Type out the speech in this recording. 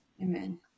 Amen